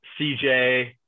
CJ